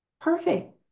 Perfect